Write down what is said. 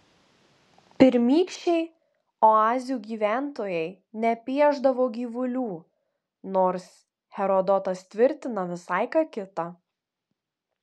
pirmykščiai oazių gyventojai nepiešdavo gyvulių nors herodotas tvirtina visai ką kita